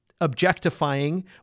objectifying